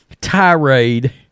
tirade